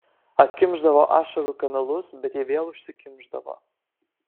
atkimšdavo ašarų kanalus bet jie vėl užsikimšdavo